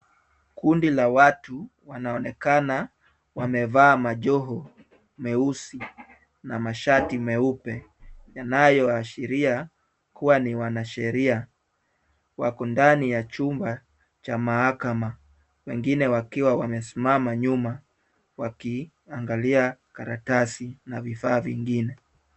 Kundi la watu wanaonekana wamevaa majoho meusi na mashati meupe, yanayoashiria kuwa ni wanasheria. Wako ndani ya chumba cha mahakama, wengine wakiwa wamesimama nyuma wakiangalia karatasi na vifaa vingine.